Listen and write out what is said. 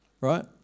right